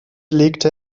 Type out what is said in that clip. legte